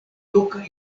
loka